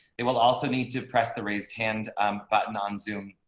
they will also need to press the raise hand um button on zoom